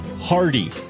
Hardy